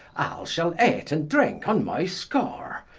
shall eate and drinke on my score,